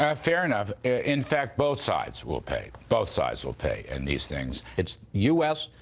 ah fair enough. in fact, both sides will pay. both sides will pay in these things. it's u s.